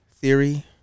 Theory